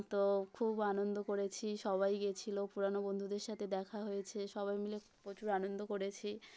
তো খুব আনন্দ করেছি সবাই গিয়েছিল পুরনো বন্ধুদের সাথে দেখা হয়েছে সবাই মিলে প্রচুর আনন্দ করেছি